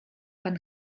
pan